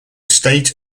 state